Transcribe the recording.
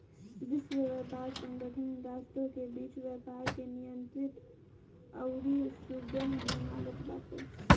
विश्व व्यापार संगठन राष्ट्रों के बीच व्यापार के नियंत्रित अउरी सुगम बनावत बाटे